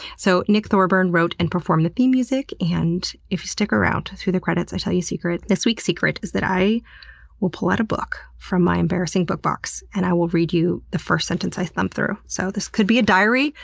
so nick thorburn wrote and performed the theme music. and if you stick around through the credits, i tell you a secret. this week's secret is that i will pull out a book from my embarrassing-book box, and i will read you the first sentence i thumb through. so, this could be a diary,